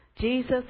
Jesus